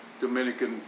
Dominican